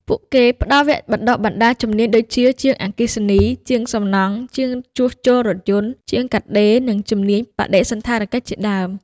ពួកគេផ្តល់វគ្គបណ្តុះបណ្តាលជំនាញដូចជា ជាងអគ្គិសនី ជាងសំណង់ ជាងជួសជុលរថយន្ត ជាងកាត់ដេរ និងជំនាញបដិសណ្ឋារកិច្ចជាដើម។